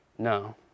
No